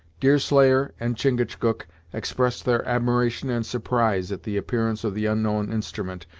deerslayer and chingachgook expressed their admiration and surprise at the appearance of the unknown instrument,